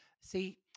See